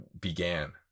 began